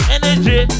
Energy